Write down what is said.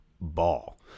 ball